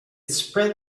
spread